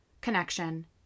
connection